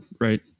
right